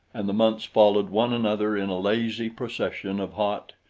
and the months followed one another in a lazy procession of hot,